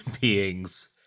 beings